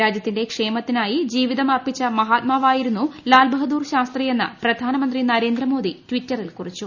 രാജ്യത്തിന്റെ ക്ഷേമത്തിനായി ജീവിതം അർപ്പിച്ച മഹാത്മാവായിരുന്നു ലാൽ ബഹാദൂർ ശാസ്ത്രി എന്ന് പ്രധാനമന്ത്രി നരേന്ദ്രമോദി ടിറ്ററിൽ കുറിച്ചു